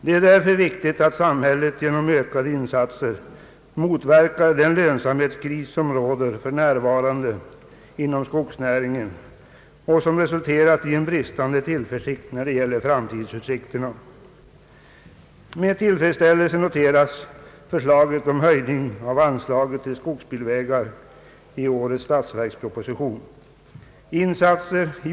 Det är därför viktigt att samhället genom ökade insatser motverkar den lönsamhetskris som för närvarande råder inom skogsnäringen och som resulterat i en bristande tillförsikt när det gäller framtidsutsikterna. Med tillfredsställelse noteras förslaget i årets statsverksproposition om höjning av anslaget till skogsbilvägar.